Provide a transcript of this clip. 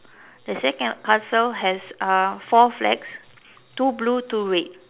the sandcastle has uh four flags two blue two red